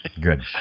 Good